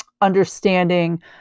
understanding